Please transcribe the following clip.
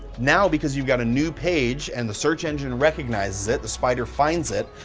now, because you've got a new page, and the search engine recognizes it, the spider finds it,